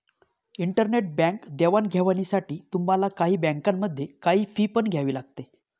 internet bank देवाणघेवाणीसाठी तुम्हाला काही बँकांमध्ये, काही फी पण द्यावी लागते